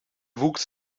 wuchs